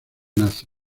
nazi